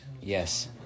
Yes